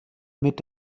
mit